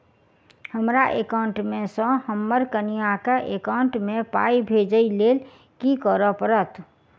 हमरा एकाउंट मे सऽ हम्मर कनिया केँ एकाउंट मै पाई भेजइ लेल की करऽ पड़त?